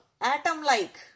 atom-like